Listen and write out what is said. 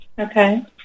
Okay